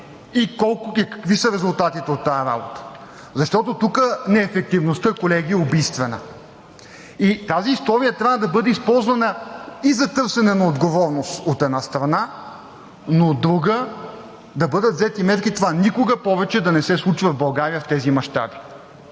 и какви са резултатите от тази работа. Защото тук неефективността, колеги, е убийствена. Тази история трябва да бъде използвана и за търсене на отговорност, от една страна, но от друга, да бъдат взети мерки това никога повече да не се случва в България в тези мащаби.